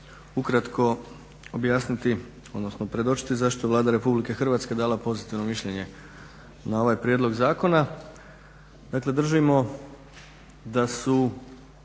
ukratko objasniti odnosno predočiti zašto Vlada RH dala pozitivno mišljenje na ovaj prijedlog zakona. Dakle držimo da su